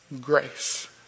grace